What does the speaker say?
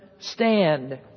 Stand